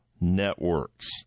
networks